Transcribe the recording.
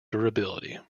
durability